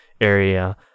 area